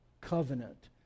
covenant